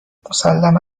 مسلما